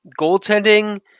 goaltending